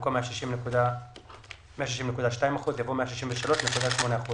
במקום "160.2 אחוזים" יבוא "163.8 אחוזים".